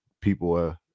people